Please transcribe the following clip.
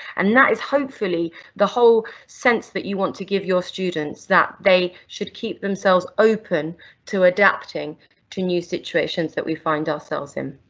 and that is hopefully the whole sense that you want to give your students, that they should keep themselves open to adapting to new situations that we find ourselves in.